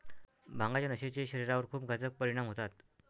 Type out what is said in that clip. भांगाच्या नशेचे शरीरावर खूप घातक परिणाम होतात